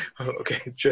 Okay